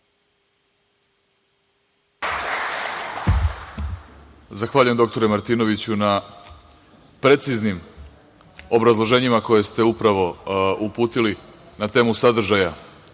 Zahvaljujem, doktore Martinoviću, na preciznim obrazloženjima koje ste upravo uputili na temu sadržaja